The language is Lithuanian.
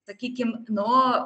sakykim nu